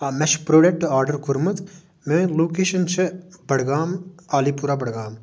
آ مےٚ چھُ پرٛوڈَکٹ آرڈر کوٚرمُت میٛٲنۍ لوکیشَن چھِ بڈگام عالی پوٗرہ بڈگام